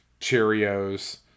Cheerios